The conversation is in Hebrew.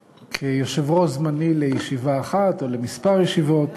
יושב-ראש זמני לישיבה אחת או לכמה ישיבות,